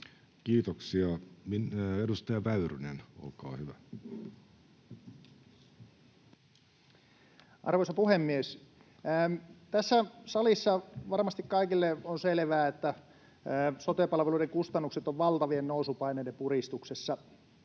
Kiitoksia. — Edustaja Väyrynen, olkaa hyvä. Arvoisa puhemies! Tässä salissa varmasti kaikille on selvää, että sote-palveluiden kustannukset ovat valtavien nousupaineiden puristuksessa.